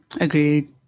agreed